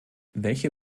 welche